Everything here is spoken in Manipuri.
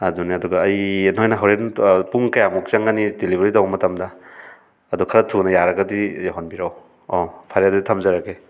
ꯑꯗꯨꯅꯦ ꯑꯗꯨꯒ ꯑꯩ ꯅꯣꯏꯅ ꯍꯣꯔꯦꯟ ꯄꯨꯡ ꯀꯌꯥꯃꯨꯛ ꯆꯪꯒꯅꯤ ꯗꯤꯂꯤꯕꯔꯤ ꯇꯧꯕ ꯃꯇꯝꯗ ꯑꯗꯣ ꯈꯔ ꯊꯨꯅ ꯌꯥꯔꯒꯗꯤ ꯌꯧꯍꯟꯕꯤꯔꯛꯑꯣ ꯑꯣ ꯐꯔꯦ ꯑꯗꯨꯗꯤ ꯊꯝꯖꯔꯒꯦ